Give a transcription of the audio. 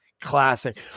classic